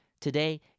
Today